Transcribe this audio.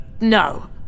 No